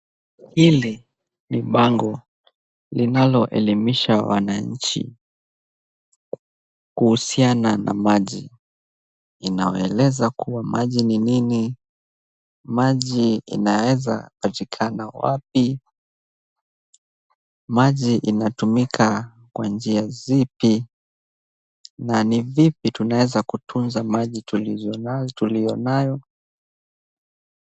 Hili ni bango linaloelimisha wananchi kuhusiana na maji inayoeleza kuwa ,maji ni nini? Maji inaweza patikana wapi? Maji inatumika kwa njia zipi? Na ni vipi tunaweza kutunza maji tuliyonayo?